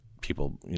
people